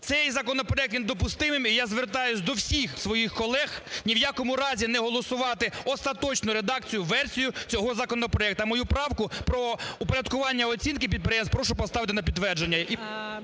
Цей законопроект є недопустимим. І я звертаюсь до всіх своїх колег: ні в якому разі не голосувати остаточну редакцію, версію цього законопроекту. А мою правку про упорядкування оцінки підприємств прошу поставити на підтвердження